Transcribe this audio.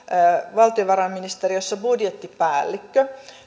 valtiovarainministeriössä budjettipäällikkö